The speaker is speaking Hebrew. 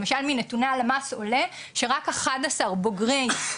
למשל מנתוני הלמ"ס עולה שרק אחד עשר אחוז